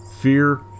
fear